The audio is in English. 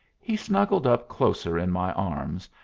he snuggled up closer in my arms,